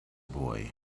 boy